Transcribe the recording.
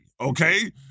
okay